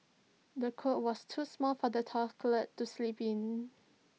the cot was too small for the toddler to sleep in